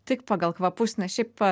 tik pagal kvapus nes šiaip